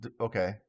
okay